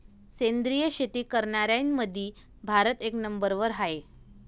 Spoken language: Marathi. सेंद्रिय शेती करनाऱ्याईमंधी भारत एक नंबरवर हाय